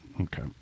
Okay